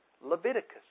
Leviticus